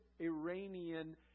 Iranian